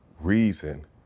reason